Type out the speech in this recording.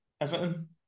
Everton